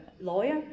lawyer